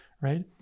right